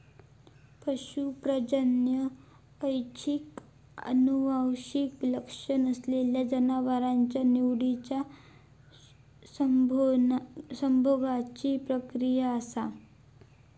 पशू प्रजनन ऐच्छिक आनुवंशिक लक्षण असलेल्या जनावरांच्या निवडिच्या संभोगाची प्रक्रिया असा